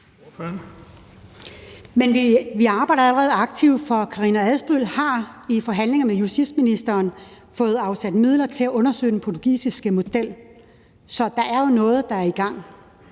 vi arbejder jo allerede aktivt, for Karina Adsbøl har i forhandlinger med justitsministeren fået afsat midler til at undersøge den portugisiske model. Så der er jo noget, der er i gang.